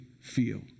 feel